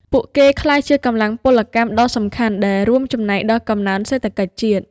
ពួកគេក្លាយជាកម្លាំងពលកម្មដ៏សំខាន់ដែលរួមចំណែកដល់កំណើនសេដ្ឋកិច្ចជាតិ។